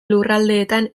lurraldeetan